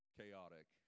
chaotic